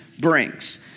brings